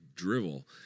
drivel